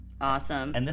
Awesome